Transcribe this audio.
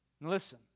listen